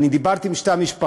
אני דיברתי עם שתי המשפחות,